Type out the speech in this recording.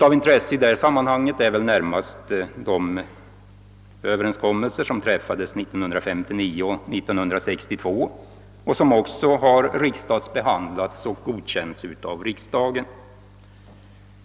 Av intresse i detta sammanhang torde närmast de överenskommelser vara som träffades åren 1959 och 1962 och som också har behandlats och godkänts av riksdagen.